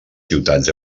ciutats